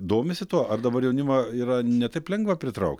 domisi tuo ar dabar jaunimą yra ne taip lengva pritraukt